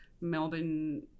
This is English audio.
Melbourne